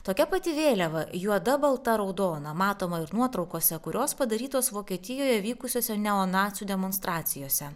tokia pati vėliava juoda balta raudona matoma ir nuotraukose kurios padarytos vokietijoje vykusiose neonacių demonstracijose